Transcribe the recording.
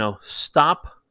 Stop